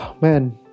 man